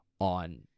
on